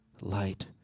light